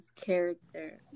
character